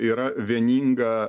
yra vieninga